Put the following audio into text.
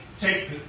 take